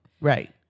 Right